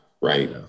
right